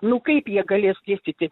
nu kaip jie galės dėstyti